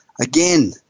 Again